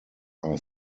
are